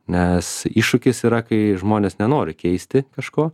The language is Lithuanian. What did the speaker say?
nes iššūkis yra kai žmonės nenori keisti kažko